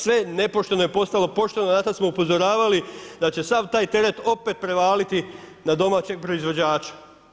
Sve nepošteno je postalo pošteno, na to smo upozoravali da će sav taj teret opet prevaliti na domaćem proizvođaču.